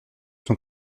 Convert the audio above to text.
son